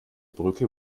brücke